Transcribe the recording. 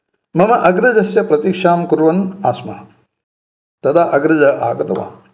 मम अग्रजस्य प्रतिक्षां कुर्वन् आस्म तदा अग्रजः आगतवान्